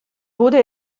wurde